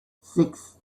six